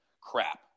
crap